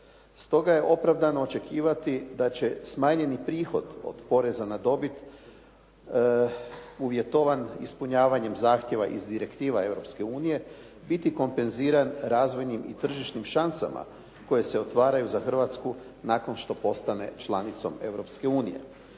stoga je opravdano očekivati da će smanjeni prihod od poreza na dobit uvjetovan ispunjavanjem zahtjeva iz direktiva Europske unije biti kompenziran razvojnim i tržišnim šansama koje se otvaraju za Hrvatsku nakon što postane članicom